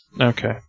Okay